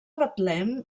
betlem